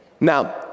now